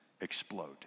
explode